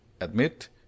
admit